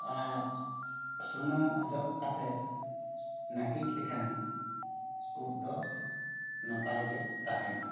ᱟᱨ ᱥᱩᱱᱩᱢ ᱚᱡᱚᱜ ᱠᱟᱛᱮᱫ ᱱᱟᱹᱠᱤᱡ ᱞᱮᱠᱷᱟᱱ ᱩᱵ ᱫᱚ ᱱᱟᱯᱟᱭ ᱜᱮ ᱛᱟᱦᱮᱸᱱᱟ